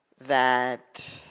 that